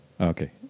Okay